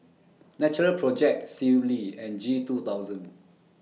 Natural Project Sealy and G two thousand